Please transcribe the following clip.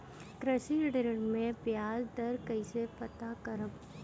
कृषि ऋण में बयाज दर कइसे पता करब?